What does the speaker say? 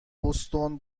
بوستون